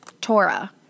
Torah